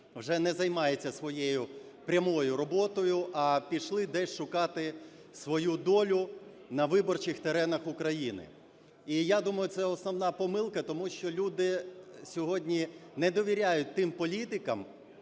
вже не займаються своєю прямою роботою, а пішли десь шукати свою долю на виборчих теренах України. І я думаю, це основна помилка, тому що люди сьогодні не довіряють тим політикам,